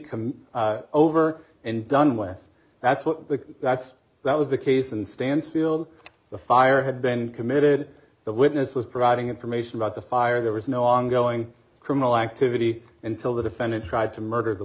come over and done with that's what the that's that was the case and stansfield the fire had been committed the witness was providing information about the fire there was no ongoing criminal activity until the defendant tried to murder the